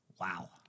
Wow